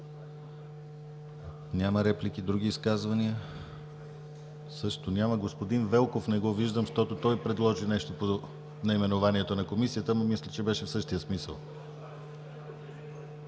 Няма. Други изказвания? Също няма. Господин Велков не го виждам, той предложи нещо по наименованието на Комисията, но мисля, че беше в същия смисъл.